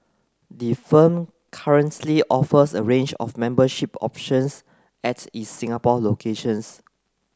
the firm currently offers a range of membership options at its Singapore locations